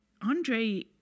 Andre